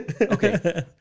Okay